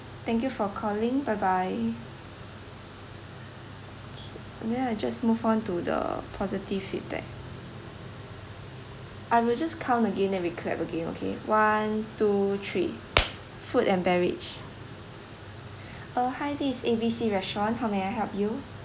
thank you for calling bye bye K then I just move on to the positive feedback I will just count again and we clap again okay one two three food and beverage uh hi this is A B C restaurant how may I help you